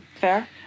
Fair